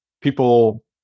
people